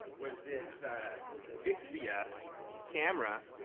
with this vixia camera,